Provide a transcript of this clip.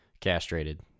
castrated